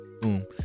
boom